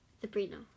Sabrina